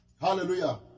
Hallelujah